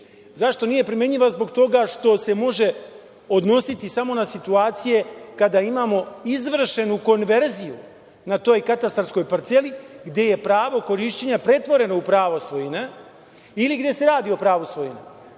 Zašto nije primenjiva? Zbog toga što se može odnositi samo na situacije kada imamo izvršenu konverziju na toj katastarskoj parceli gde je pravo korišćenja pretvoreno u pravo svojine ili gde se radi o pravu svojine.